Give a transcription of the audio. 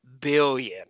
Billion